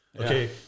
Okay